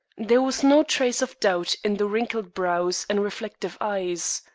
there was no trace of doubt in the wrinkled brows and reflective eyes.